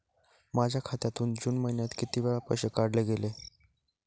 माझ्या खात्यातून जून महिन्यात किती वेळा पैसे काढले गेले?